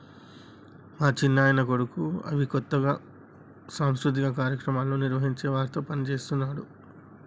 మా చిన్నాయన కొడుకు అవి కొత్తగా సాంస్కృతిక కార్యక్రమాలను నిర్వహించే వారితో పనిచేస్తున్నాడు